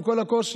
עם כל הקושי,